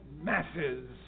masses